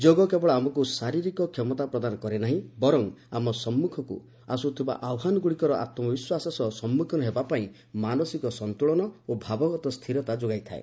ଯୋଗ କେବଳ ଆମକୁ ଶାରୀରିକ କ୍ଷମତା ପ୍ରଦାନ କରେ ନାହିଁ ବରଂ ଆମ ସମ୍ମୁଖକୁ ଆସୁଥିବା ଆହ୍ୱାନଗୁଡ଼ିକର ଆତ୍ମବିଶ୍ୱାସ ସହ ସମ୍ମୁଖୀନ ହେବାପାଇଁ ମାନସିକ ସନ୍ତୁଳନ ଓ ଭାବଗତ ସ୍ଥିରତା ଯୋଗାଇଥାଏ